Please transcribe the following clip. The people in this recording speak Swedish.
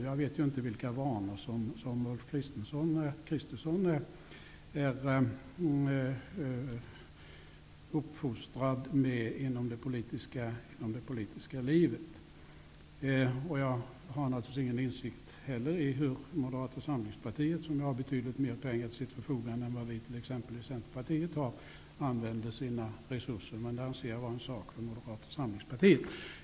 Jag vet ju inte vilka vanor som Ulf Kristersson är uppfostrad med inom det politiska livet. Jag har naturligtvis inte heller någon insikt i hur Moderata samlingspartiet -- som har betydligt mer pengar till sitt förfogande än vad t.ex. Centerpartiet har -- använder sina resurser. Men det anser jag vara en sak för Moderata samlingspartiet.